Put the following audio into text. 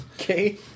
okay